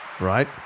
Right